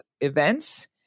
events